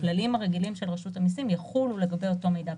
הכללים הרגילים של רשות המיסים יחולו לגבי אותו מידע בסיסי.